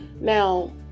Now